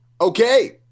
Okay